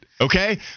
Okay